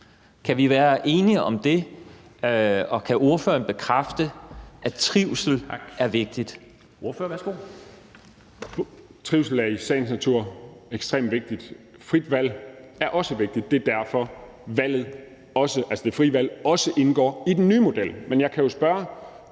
Dam Kristensen): Tak. Ordføreren, værsgo. Kl. 10:49 Jens Joel (S): Trivsel er i sagens natur ekstremt vigtigt. Frit valg er også vigtigt. Det er derfor, at det frie valg også indgår i den nye model. Men jeg kan jo spørge